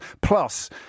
plus